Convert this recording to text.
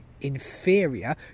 inferior